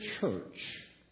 church